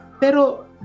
Pero